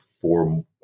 four